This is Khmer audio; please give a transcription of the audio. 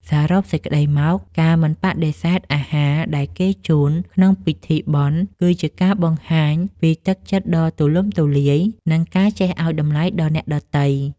សរុបសេចក្តីមក ការមិនបដិសេធអាហារដែលគេជូនក្នុងពិធីបុណ្យ គឺជាការបង្ហាញពីទឹកចិត្តដ៏ទូលំទូលាយ និងការចេះឱ្យតម្លៃដល់អ្នកដទៃ។